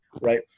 right